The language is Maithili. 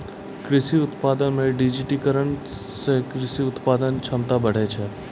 कृषि उत्पादन मे डिजिटिकरण से कृषि उत्पादन क्षमता बढ़ै छै